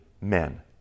men